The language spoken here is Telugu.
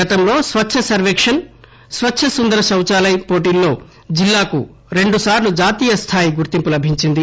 గతంలో స్వచ్ఛ సర్వేక్షన్ మరియు స్వచ్ఛ సుందర సౌచాలయ్ పోటీల్లో జిల్లాకు రెండుసార్లు జాతీయ స్థాయి గుర్తింపు లభించింది